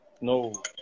No